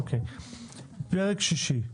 פרק שישי,